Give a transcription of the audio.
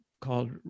called